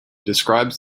describes